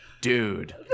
Dude